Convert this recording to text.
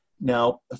Now